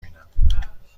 بینم